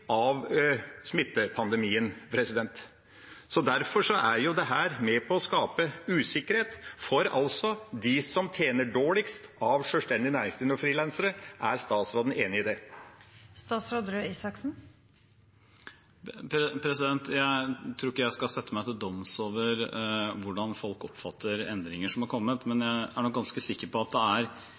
av smitte og av pandemien. Derfor er dette med på å skape usikkerhet for dem som tjener dårligst av sjølstendig næringsdrivende og frilansere. Er statsråden enig i det? Jeg tror ikke jeg skal sette meg til doms over hvordan folk oppfatter endringer som har kommet, men jeg er nok ganske sikker på at det er